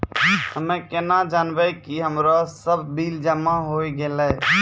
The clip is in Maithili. हम्मे केना जानबै कि हमरो सब बिल जमा होय गैलै?